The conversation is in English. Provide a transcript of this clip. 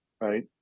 right